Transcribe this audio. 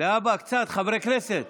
להבא, חברי הכנסת,